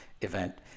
event